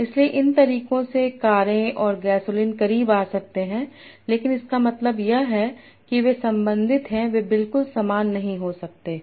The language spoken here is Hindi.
इसलिए इन तरीकों से कारें और गैसोलीन करीब आ सकते हैं लेकिन इसका मतलब यह है कि वे संबंधित हैं वे बिल्कुल समान नहीं हो सकते हैं